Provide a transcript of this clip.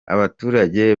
abaturage